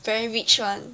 very rich [one]